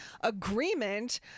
agreement